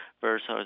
versus